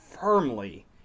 firmly